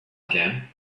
again